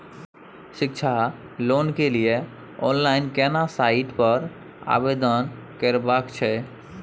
शिक्षा लोन के लिए ऑनलाइन केना साइट पर आवेदन करबैक छै?